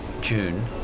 June